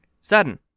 sudden